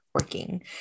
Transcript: working